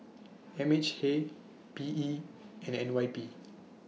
M H A P E and N Y P